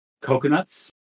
coconuts